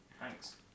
Thanks